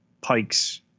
Pike's